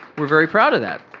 we're very proud of that.